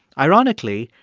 ironically,